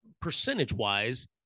percentage-wise